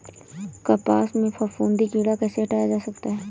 कपास से फफूंदी कीड़ा कैसे हटाया जा सकता है?